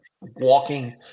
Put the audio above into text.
walking